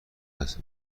است